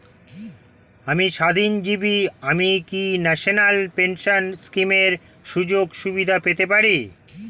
আমি স্বাধীনজীবী আমি কি ন্যাশনাল পেনশন স্কিমের সুযোগ সুবিধা পেতে পারি?